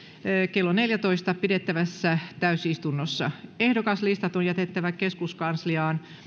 kello neljässätoista pidettävässä täysistunnossa ehdokaslistat on jätettävä keskuskansliaan